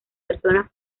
personas